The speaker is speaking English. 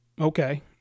Okay